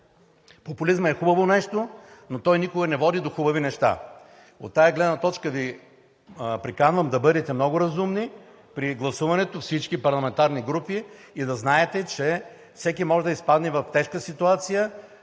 Популизмът е хубаво нещо, но той никога не води до хубави неща. От тази гледна точка Ви приканвам да бъдете много разумни при гласуването – всички парламентарни групи, и да знаете, че всеки може да изпадне в тежка ситуация